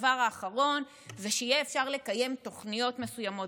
הדבר האחרון זה שיהיה אפשר לקיים תוכניות מסוימות